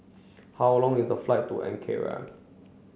how long is the flight to Ankara